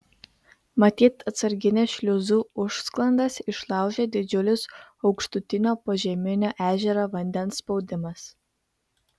matyt atsargines šliuzų užsklandas išlaužė didžiulis aukštutinio požeminio ežero vandens spaudimas